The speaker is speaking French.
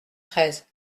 treize